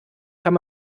kann